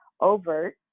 overt